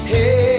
Hey